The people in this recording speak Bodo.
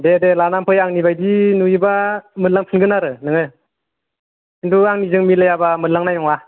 दे दे लानानै फै आंनि बायदि नुयोबा मोनलांफिनगोन आरो नोङो खिन्थु आंनिजों मिलाइयाबा मोनलांनाय नङा